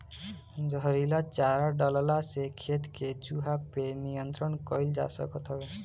जहरीला चारा डलला से खेत के चूहा पे नियंत्रण कईल जा सकत हवे